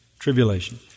Tribulation